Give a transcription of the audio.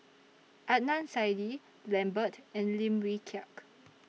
Adnan Saidi Lambert and Lim Wee Kiak